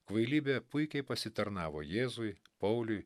kvailybė puikiai pasitarnavo jėzui pauliui